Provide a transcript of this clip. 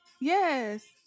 Yes